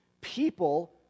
people